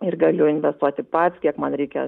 ir galiu investuoti pats kiek man reikia